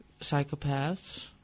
psychopaths